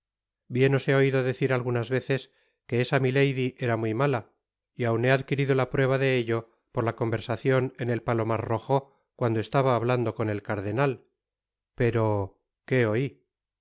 bien os he oido decir algunas veces que esa milady era muy mala y aun he adquirido la prueba de ello por la conversacion en el palomar rojo cuando estaba hablando con el cardenal pero que oi